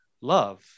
love